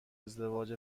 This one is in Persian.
ازدواج